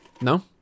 No